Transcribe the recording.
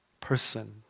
person